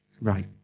Right